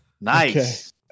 nice